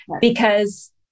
because-